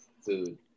food